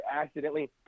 accidentally